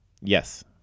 Yes